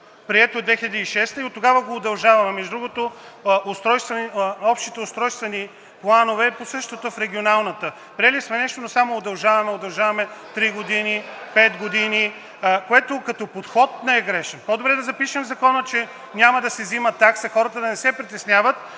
прието и оттогава го удължаваме. Между другото, за общите устройствени планове е същото в Регионалната. Приели сме нещо, но само удължаваме – удължаваме три години (шум и реплики), пет години, което като подход не е грешен. По-добре да запишем в Закона, че няма да се взема такса, хората да не се притесняват,